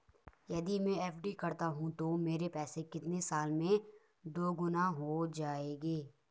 यदि मैं एफ.डी करता हूँ तो मेरे पैसे कितने साल में दोगुना हो जाएँगे?